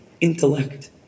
Intellect